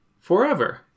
Forever